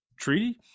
treaty